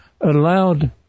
allowed